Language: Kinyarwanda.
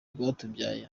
rwatubyaye